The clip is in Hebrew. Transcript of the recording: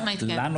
חד משמעית כן.